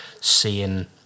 seeing